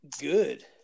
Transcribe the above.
good